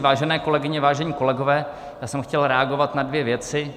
Vážené kolegyně, vážení kolegové, já jsem chtěl reagovat na dvě věci.